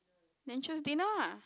then choose dinner ah